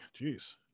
Jeez